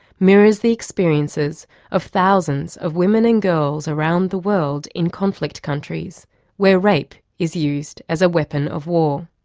mirrors the experiences of thousands of women and girls around the world in conflict countries where rape is used as a weapon of war.